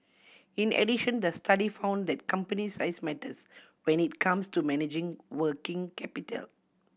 in addition the study found that company size matters when it comes to managing working capital